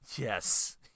yes